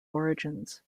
origins